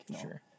Sure